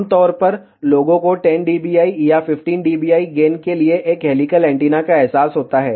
आमतौर पर लोगों को 10 dBi या 15 dBi गेन के लिए एक हेलिकल एंटीना का एहसास होता है